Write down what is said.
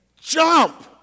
jump